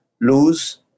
lose